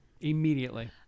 immediately